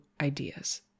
ideas